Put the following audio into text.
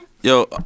Yo